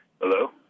Hello